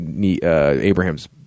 Abraham's